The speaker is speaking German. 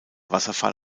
wasserfall